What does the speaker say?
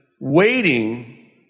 waiting